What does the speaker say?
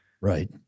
Right